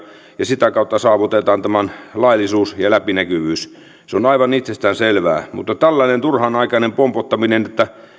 ja sitä kautta saavutetaan tämän laillisuus ja ja läpinäkyvyys se on on aivan itsestään selvää mutta tällaisesta turhanaikaisesta pompottamisesta ja byrokratiasta